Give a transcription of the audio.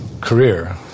career